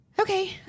okay